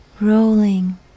rolling